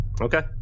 Okay